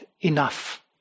enough